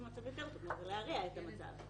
זאת אומרת זה להרע את המצב.